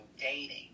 dating